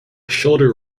shoulder